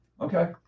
Okay